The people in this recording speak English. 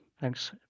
Thanks